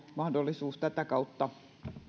mahdollisuus tätä kautta